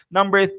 Number